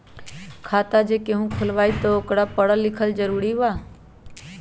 खाता जे केहु खुलवाई ओकरा परल लिखल जरूरी वा?